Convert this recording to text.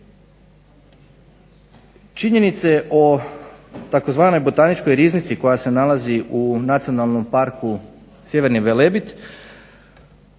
Činjenice o tzv. botaničkoj riznici koja se nalazi u nacionalnom parku Sjeverni Velebit